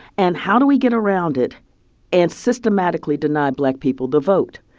and how do we get around it and systematically deny black people the vote?